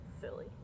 silly